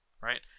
Right